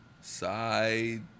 side